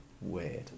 Weird